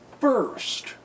first